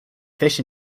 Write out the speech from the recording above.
fish